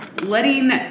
Letting